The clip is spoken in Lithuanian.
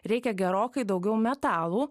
reikia gerokai daugiau metalų